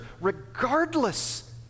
regardless